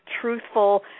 truthful